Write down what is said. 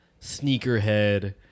sneakerhead